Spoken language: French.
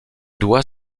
doit